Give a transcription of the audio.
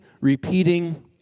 repeating